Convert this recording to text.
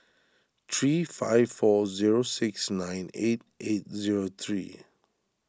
three five four zero six nine eight eight zero three